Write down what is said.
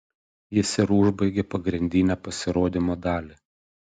jis ir užbaigė pagrindinę pasirodymo dalį